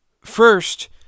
first